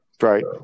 Right